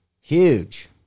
Huge